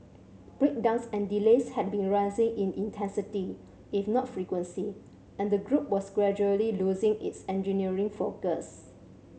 breakdowns and delays had been rising in intensity if not frequency and the group was gradually losing its engineering focus